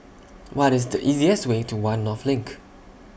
What IS The easiest Way to one North LINK